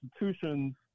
institutions